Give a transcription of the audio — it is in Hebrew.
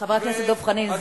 חבר הכנסת דב חנין,